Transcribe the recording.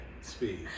speed